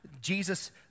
Jesus